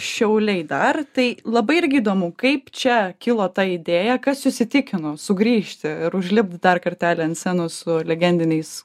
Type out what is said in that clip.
šiauliai dar tai labai irgi įdomu kaip čia kilo ta idėja kas jus įtikino sugrįžti ir užlipt dar kartelį ant scenos su legendiniais